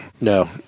no